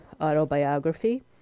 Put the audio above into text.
autobiography